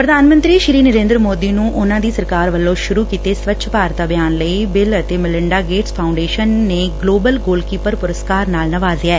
ਪ੍ਧਾਨ ਮੰਤਰੀ ਨਰੇਂਦਰ ਮੋਦੀ ਨੂੰ ਉਨੂਾਂ ਦੀ ਸਰਕਾਰ ਵੱਲੋਂ ਸੂਰੂ ਕੀਤੇ ਸਵੱਛ ਭਾਰਤ ਅਭਿਆਨ ਲਈ ਬਿੱਲ ਅਤੇ ਮਿਲਿੰਡਾ ਗੇਟਸ ਫਾਉਡੇਸ਼ਨ ਨੇ ਗਲੋਬਲ ਗੋਲਕੀਪਰ ਪੁਰਸਕਾਰ ਨਾਲ ਨਿਵਾਜਿਆ